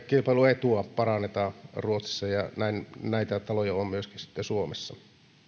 kilpailuetua parannetaan ruotsissa valtion tuella ja näin näitä taloja on myöskin sitten suomessa